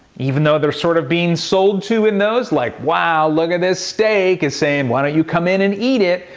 even though they're sort of being sold to in those like, wow, look at this steak, it's saying, why don't you come in and eat it?